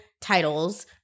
titles